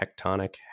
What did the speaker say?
Tectonic